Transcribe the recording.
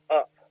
up